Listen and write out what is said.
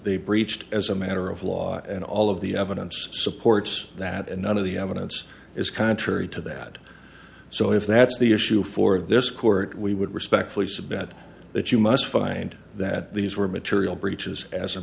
they breached as a matter of law and all of the evidence supports that and none of the evidence is contrary to that so if that's the issue for of this court we would respectfully submit that you must find that these were material breaches as a